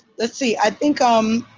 let's see. i think. um